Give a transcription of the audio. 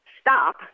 stop